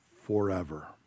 forever